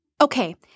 Okay